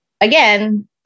again